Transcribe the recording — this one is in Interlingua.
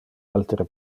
altere